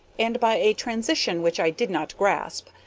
and, by a transition which i did not grasp,